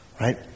right